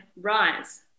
rise